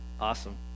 awesome